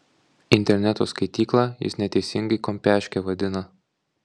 interneto skaityklą jis neteisingai kompiaške vadina